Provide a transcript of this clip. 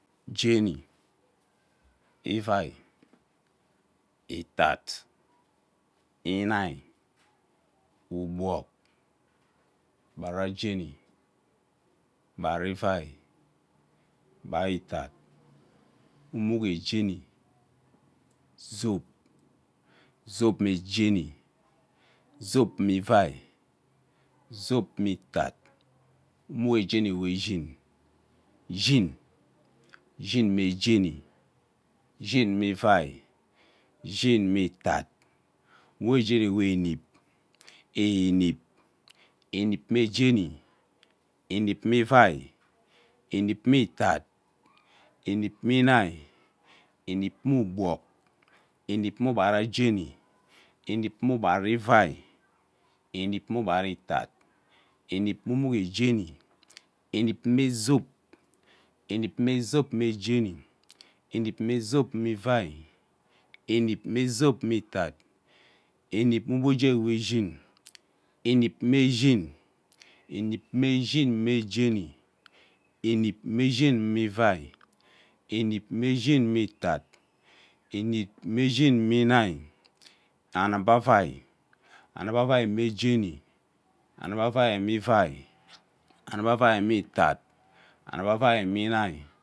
Jeni, ivai itad imih ugbog, ugban jeni ugbara ivai ugbara itad enuk jeni zob, zob mejeni zob me ivai, zob mme utad, zob me inihi emuke jeni meshuri, shin shin me jeni shin me ivai shin me itad enuk jeni mme enep enep, enep me jeni, enep me ivai, enep me itad, enep me inihi enep me ugbog enep me ugbara jeni enep me ugbara ivai enep me ugbara itad enep me umuk jeni enep me zob me jeni enep me zob me ivai enep me zob mm itad enep me inuk jeni me shin enep me shin enep me shin me jeni enep me shin me avai, anep me shin me itad enep me shin me inihi anugva avai anugbha avai me jeni anugva me ivai anuk avai me itad anugvai me inihi.